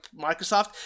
Microsoft